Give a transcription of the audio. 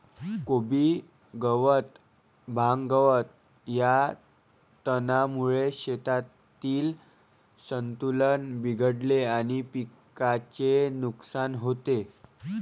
कोबी गवत, भांग, गवत या तणांमुळे शेतातील संतुलन बिघडते आणि पिकाचे नुकसान होते